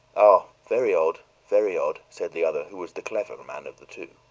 ah, very odd, very odd, said the other, who was the clever man of the two.